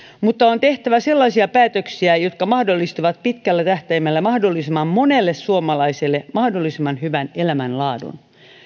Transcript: mutta on tehtävä sellaisia päätöksiä jotka mahdollistavat pitkällä tähtäimellä mahdollisimman monelle suomalaiselle mahdollisimman hyvän elämänlaadun